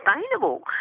sustainable